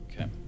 Okay